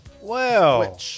Wow